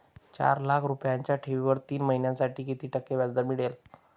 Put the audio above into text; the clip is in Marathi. चार लाख रुपयांच्या ठेवीवर तीन महिन्यांसाठी किती टक्के व्याजदर मिळेल?